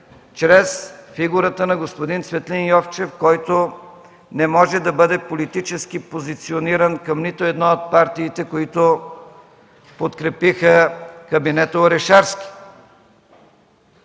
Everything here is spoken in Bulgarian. чрез фигурата на господин Цветлин Йовчев, който не може да бъде политически позициониран към нито една от партиите, които подкрепиха кабинета Орешарски.